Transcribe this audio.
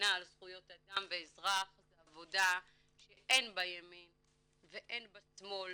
הגנת זכויות אדם ואזרח זו עבודה שאין בה ימין ואין בה שמאל,